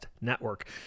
network